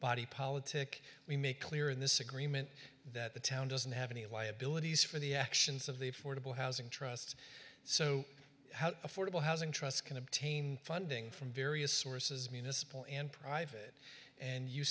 body politick we make clear in this agreement that the town doesn't have any liabilities for the actions of the affordable housing trust so affordable housing trust can obtain funding from various sources municipal and private and you